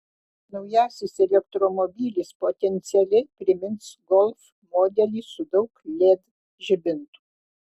naujasis elektromobilis potencialiai primins golf modelį su daug led žibintų